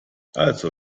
also